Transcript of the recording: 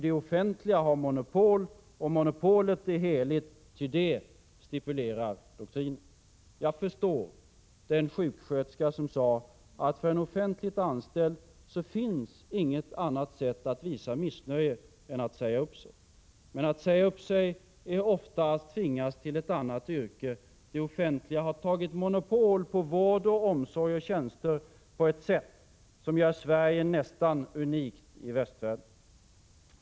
Det offentliga har monopol, och monopolet är heligt, ty det stipulerar doktrinen. Jag förstår den sjuksköterska som sade att för en offentligt anställd finns inget annat sätt att visa missnöje än att säga upp sig. Men att säga upp sig är ofta att tvingas till ett annat yrke. Det offentliga har tagit monopol på vård och omsorg och tjänster på ett sätt som gör Sverige nästan unikt i västvärlden.